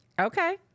Okay